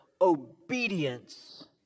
Obedience